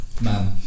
man